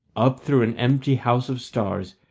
up through an empty house of stars,